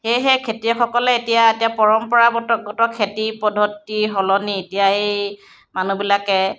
সেয়েহে খেতিয়কসকলে এতিয়া এতিয়া পৰম্পৰাবত গত খেতি পদ্ধতিৰ সলনি এতিয়া এই মানুহবিলাকে